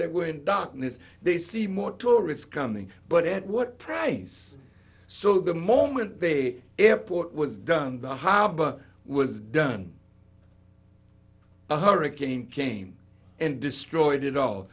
that were in darkness they see more tourists coming but at what price so the moment they airport was done by a harbor was done a hurricane came and destroyed it all